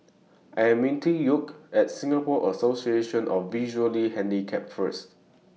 I Am meeting Yoel At Singapore Association of The Visually Handicapped First